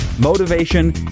motivation